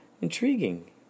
intriguing